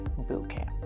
bootcamp